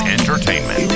Entertainment